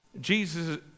Jesus